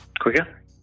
quicker